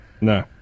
No